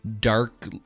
dark